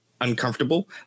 uncomfortable